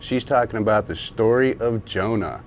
she's talking about the story of jonah